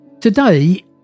today